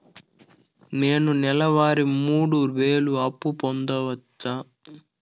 నేను నెల వారి మూడు వేలు అప్పు పొందవచ్చా?